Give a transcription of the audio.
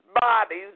bodies